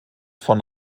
von